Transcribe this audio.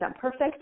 perfect